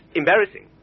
embarrassing